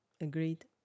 Agreed